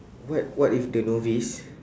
what what if they novice